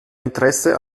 interesse